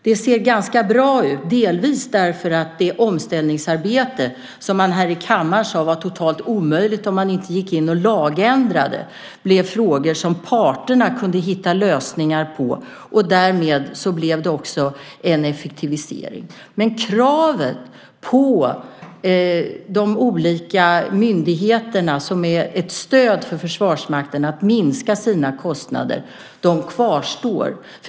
Det ser ganska bra ut, delvis därför att det omställningsarbete som man här i kammaren sade var totalt omöjligt om vi inte gick in och lagändrade blev frågor som parterna kunde hitta lösningar på. Därmed blev det också en effektivisering. Men kravet på de olika myndigheterna, som är ett stöd för Försvarsmakten, att minska sina kostnader kvarstår.